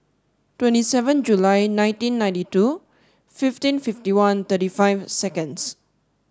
twenty seven July ninety nineteen two fifteen fifty one thirty five seconds